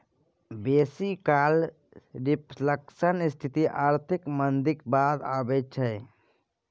बेसी काल रिफ्लेशनक स्थिति आर्थिक मंदीक बाद अबै छै